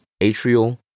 atrial